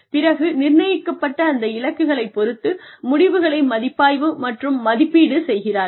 பிறகு நிர்ணயிக்கப்பட்ட அந்த இலக்குகளை பொறுத்து முடிவுகளை மதிப்பாய்வு மற்றும் மதிப்பீடு செய்கிறார்கள்